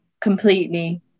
completely